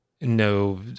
No